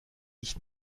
ich